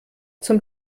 zum